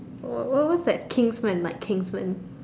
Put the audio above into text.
wh~ what was that Kingsmen like Kingsmen